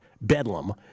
bedlam